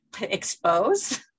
expose